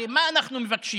הרי מה אנחנו מבקשים?